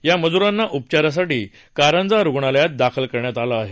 या मजुरांना उपचारासाठी कारंजा रुग्णालयात दाखल करण्यात आलं आहे